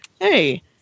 hey